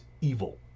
evil